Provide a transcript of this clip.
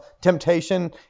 temptation